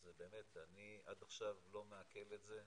אז באמת אני עד עכשיו לא מעכל את זה,